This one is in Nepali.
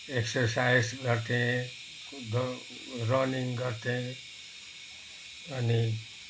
एक्सरसाइज गर्थेँ म रनिङ गर्थेँ अनि